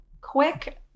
Quick